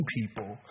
people